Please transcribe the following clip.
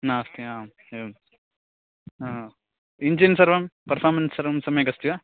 नास्ति आम् एवं हा इञ्जिन् सर्वं पर्फ़ोमेन्स् सर्वं सम्यगस्ति वा